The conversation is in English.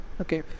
okay